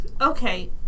Okay